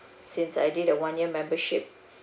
since I did a one year membership